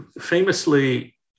famously